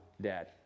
dad